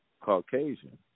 Caucasian